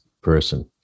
person